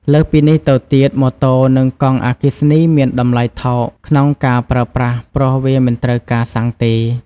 លើសពីនេះទៅទៀត ម៉ូតូនិងកង់អគ្គិសនីមានតម្លៃថោកក្នុងការប្រើប្រាស់ព្រោះវាមិនត្រូវការសាំងទេ។